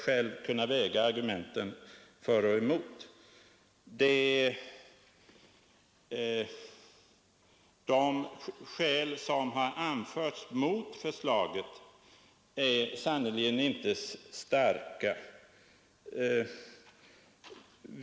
riksdagen har diskuterat — och s De skäl som har anförts mot förslaget är sannerligen inte starka.